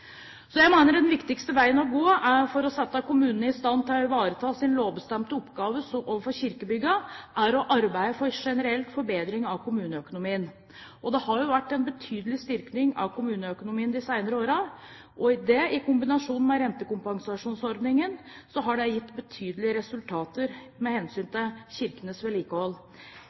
Jeg mener den viktigste veien å gå for å sette kommunene i stand til å ivareta sin lovbestemte oppgave overfor kirkebyggene, er å arbeide for generell forbedring av kommuneøkonomien. Det har vært en betydelig styrking av kommuneøkonomien de senere årene. Det, i kombinasjon med rentekompensasjonsordningen, har gitt betydelige resultater med hensyn til kirkenes vedlikehold.